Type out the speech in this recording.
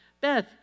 Beth